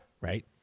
right